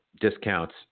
discounts